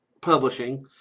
publishing